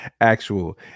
actual